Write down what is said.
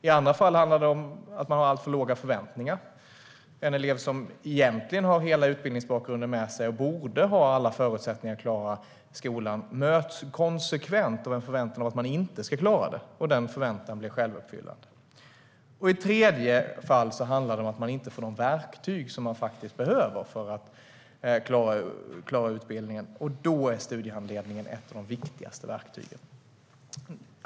I andra fall handlar det om att man har alltför låga förväntningar. En elev som egentligen har hela utbildningsbakgrunden med sig och borde ha alla förutsättningar att klara skolan möts konsekvent av en förväntan att eleven inte ska klara den, och den förväntan blir självuppfyllande. I ett tredje fall handlar det om att eleven inte får de verktyg som faktiskt behövs för att klara utbildningen, och då är studiehandledningen ett av de viktigaste verktygen.